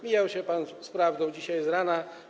Mijał się pan z prawdą dzisiaj z rana.